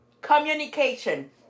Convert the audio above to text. communication